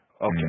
okay